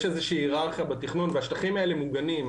יש איזו שהיא היררכיה בתכנון והשטחים האלה מוגנים,